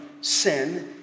sin